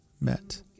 met